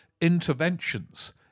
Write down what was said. interventions